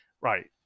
right